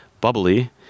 bubbly